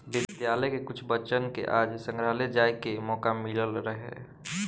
विद्यालय के कुछ बच्चन के आज संग्रहालय जाए के मोका मिलल रहे